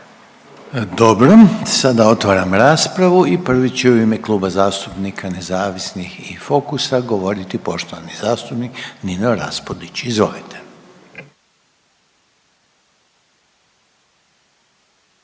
Dobro. Sada otvaram raspravu i prvi će u ime Kluba zastupnika Nezavisnih i Fokusa govoriti poštovani zastupnik Nino Raspudić. Izvolite.